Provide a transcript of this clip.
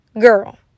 Girl